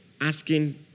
asking